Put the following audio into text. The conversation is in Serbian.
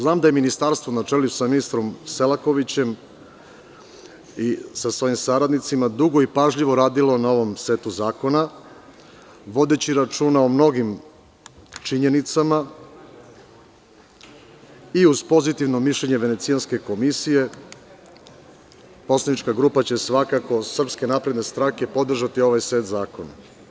Znam da je Ministarstvo, na čelu sa ministrom Selakovićem i njegovim saradnicima, dugo i pažljivo radilo na ovom setu zakona, vodeći računa o mnogim činjenicama i, uz pozitivno mišljenje Venecijanske komisije, poslanička grupa SNS će svakako podržati ovaj set zakona.